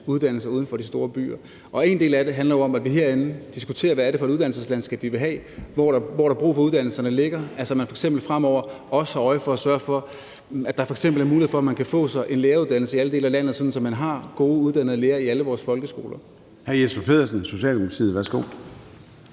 uddannelser uden for de store byer, er i orden. Og noget af det handler jo om, at vi herinde diskuterer, hvad det er for et uddannelseslandskab, vi vil have, altså hvor der er brug for at uddannelserne ligger, så man f.eks. fremover også har øje for at sørge for, at der er mulighed for, at man kan få sig en læreruddannelse i alle dele af landet, så man har gode uddannede lærere i alle vores folkeskoler.